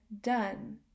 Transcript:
done